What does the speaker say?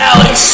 Alex